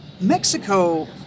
Mexico